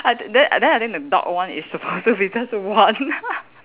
I then then I think the dog one is supposed to be just one